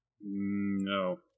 No